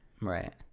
Right